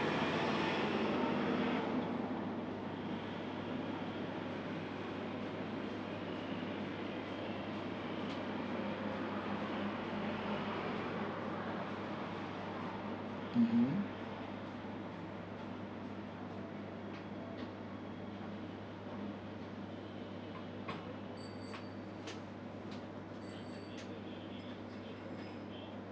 mmhmm